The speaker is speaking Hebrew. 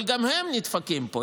אבל גם הם נדפקים פה.